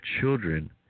children